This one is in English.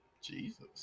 Jesus